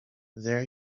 there